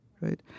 right